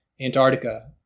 Antarctica